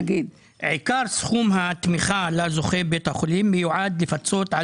עיקר סכום התמיכה לה זוכה בית החולים מיועד לפצות על